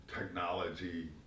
technology